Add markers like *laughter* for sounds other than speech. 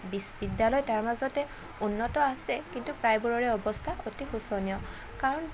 *unintelligible* বিদ্যালয় তাৰ মাজতে উন্নত আছে কিন্তু প্ৰায়বোৰৰে অৱস্থা অতি শোচনীয় কাৰণ